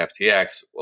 FTX